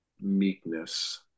meekness